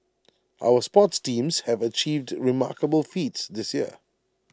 our sports teams have achieved remarkable feats this year